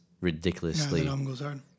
ridiculously